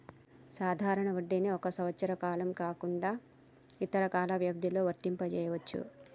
సాధారణ వడ్డీని ఒక సంవత్సరం కాకుండా ఇతర కాల వ్యవధిలో వర్తింపజెయ్యొచ్చు